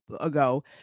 ago